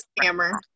scammer